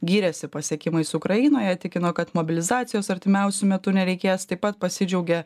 gyrėsi pasiekimais ukrainoje tikino kad mobilizacijos artimiausiu metu nereikės taip pat pasidžiaugė